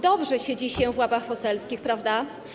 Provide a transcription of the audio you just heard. Dobrze siedzi się w ławach poselskich, prawda?